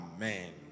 Amen